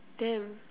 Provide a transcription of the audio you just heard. damn